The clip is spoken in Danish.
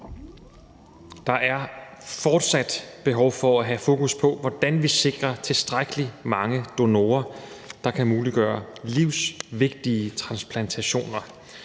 Der er fortsat et behov for at have fokus på, hvordan vi sikrer tilstrækkelig mange donorer, der kan muliggøre livsvigtige transplantationer,